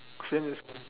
since it's